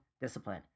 discipline